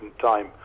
time